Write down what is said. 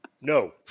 No